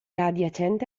adiacente